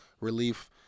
relief